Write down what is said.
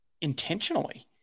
intentionally